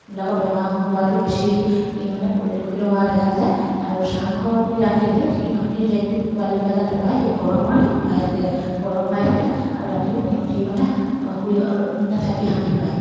এইবিলাকৰ বেমাৰ হোৱাটো বেছি মানে পৰিলক্ষিত হোৱা দেখা যায় আৰু চাংঘৰ কৰি ৰাখিলে সেই মাটিৰ জেকটো পোৱালিবিলাকে নাপায় সি গৰমৰ শীত পাই থাকে গৰম পাই থাকে আৰু ৰাতিও সিহঁতি মানে শুই থাকি শান্তি পায়